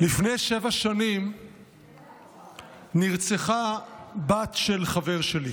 לפני שבע שנים נרצחה בת של חבר שלי.